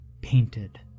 painted